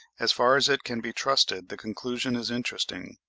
as far as it can be trusted, the conclusion is interesting,